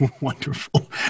Wonderful